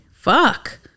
Fuck